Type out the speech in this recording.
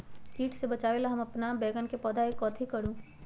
किट से बचावला हम अपन बैंगन के पौधा के कथी करू?